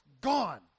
gone